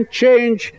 change